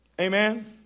amen